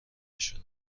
نشده